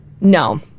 No